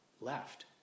left